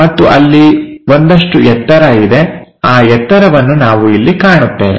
ಮತ್ತು ಅಲ್ಲಿ ಒಂದಷ್ಟು ಎತ್ತರ ಇದೆ ಆ ಎತ್ತರವನ್ನು ನಾವು ಇಲ್ಲಿ ಕಾಣುತ್ತೇವೆ